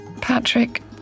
Patrick